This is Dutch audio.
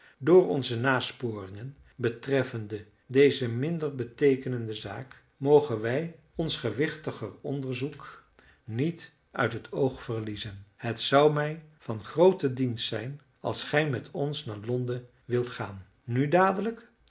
door onze nasporingen betreffende deze minder beteekenende zaak mogen wij ons gewichtiger onderzoek niet uit het oog verliezen het zou mij van grooten dienst zijn als gij met ons naar londen wildet gaan nu dadelijk